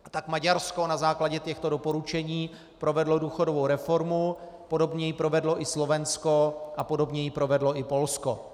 A tak Maďarsko na základě těchto doporučení provedlo důchodovou reformu, podobně ji provedlo i Slovensko a podobně ji provedlo i Polsko.